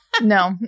No